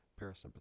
parasympathetic